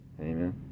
Amen